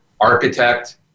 architect